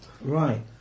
Right